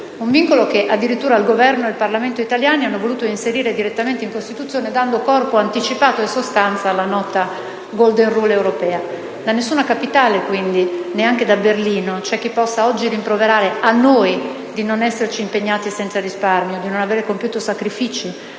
Un vincolo che il Governo e il Parlamento italiani hanno voluto addirittura inserire direttamente in Costituzione, dando anticipatamente corpo e sostanza alla nota *golden rule* europea. Da nessuna capitale, dunque, neanche da Berlino, c'è chi possa oggi rimproverare a noi di non esserci impegnati senza risparmio, di non aver compiuto sacrifici,